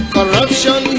Corruption